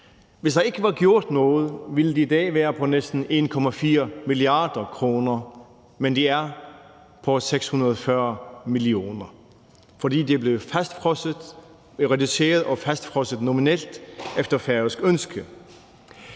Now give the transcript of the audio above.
Hvis der ikke var gjort noget, ville det i dag være på næsten 1,4 mia. kr. Men det er på 640 mio. kr. Det er blevet reduceret og fastfrosset nominelt efter færøsk ønske.